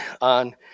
on